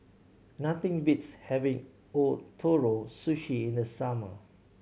nothing beats having Ootoro Sushi in the summer